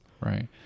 Right